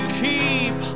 keep